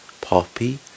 Poppy